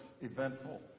eventful